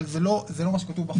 אבל זה לא מה שכתוב בחוק.